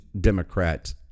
Democrat